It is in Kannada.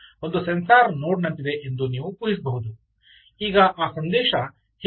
ಏಕೆಂದರೆ ಇದು ಒಂದು ಸೆನ್ಸಾರ್ ನೋಡ್ನಂತಿದೆ ಎಂದು ನೀವು ಊಹಿಸಬಹುದು